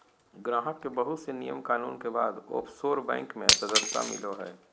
गाहक के बहुत से नियम कानून के बाद ओफशोर बैंक मे सदस्यता मिलो हय